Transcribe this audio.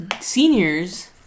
seniors